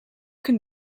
can